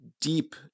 deep